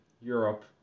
Europe